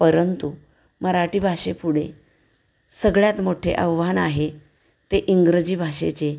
परंतु मराठी भाषेपुढे सगळ्यात मोठे आव्हान आहे ते इंग्रजी भाषेचे